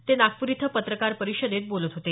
ते नागपूर इथं पत्रकार परिषदेत बोलत होते